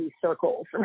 circles